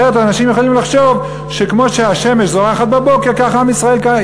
אחרת אנשים יכולים לחשוב שכמו שהשמש זורחת בבוקר כך עם ישראל קיים.